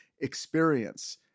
experience